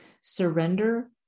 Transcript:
Surrender